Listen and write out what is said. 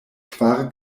kvar